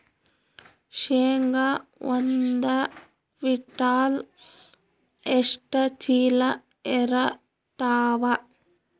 ಶೇಂಗಾ ಒಂದ ಕ್ವಿಂಟಾಲ್ ಎಷ್ಟ ಚೀಲ ಎರತ್ತಾವಾ?